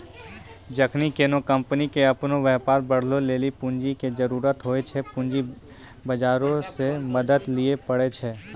जखनि कोनो कंपनी के अपनो व्यापार बढ़ाबै लेली पूंजी के जरुरत होय छै, पूंजी बजारो से मदत लिये पाड़ै छै